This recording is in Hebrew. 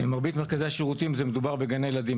במרבית מרכזי השירותים זה מדובר בגני ילדים,